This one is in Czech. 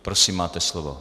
Prosím, máte slovo.